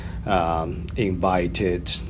Invited